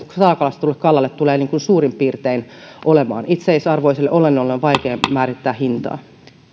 salakalastetulle kalalle tulee sitten niin kuin suurin piirtein olemaan itseisarvoiselle olennolle on vaikea määrittää hintaa